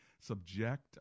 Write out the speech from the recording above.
subject